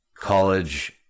college